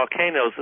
volcanoes